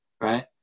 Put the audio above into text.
right